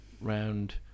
round